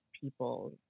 people